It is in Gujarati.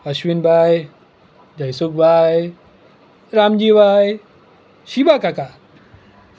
અશ્વિનભાઈ જયસુખભાઈ રામજીભાઈ શિવાકાકા